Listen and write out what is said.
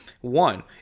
One